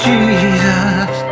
Jesus